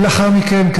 לאחר מכן,